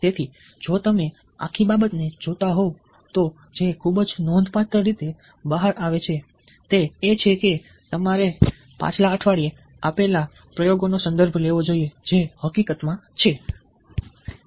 તેથી જો તમે આખી બાબતને જોતા હોવ તો જે ખૂબ જ નોંધપાત્ર રીતે બહાર આવે છે તે એ છે કે તમારે પાછલા અઠવાડિયે આપેલા પ્રયોગનો સંદર્ભ લેવો જોઈએ જે હકીકતમાં છે